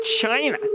China